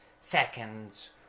seconds